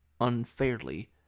unfairly